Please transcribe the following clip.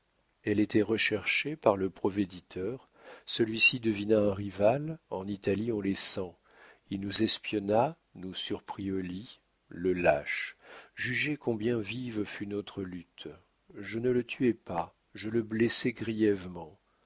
elle était recherchée par le provéditeur celui-ci devina un rival en italie on les sent il nous espionna nous surprit au lit le lâche jugez combien vive fut notre lutte je ne le tuai pas je le blessai grièvement